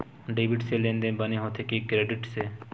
Debit से लेनदेन बने होथे कि क्रेडिट से?